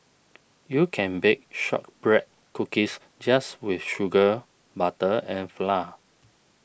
you can bake Shortbread Cookies just with sugar butter and flour